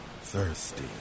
thirsty